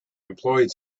employed